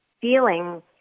feeling